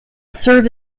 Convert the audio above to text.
serve